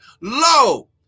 lo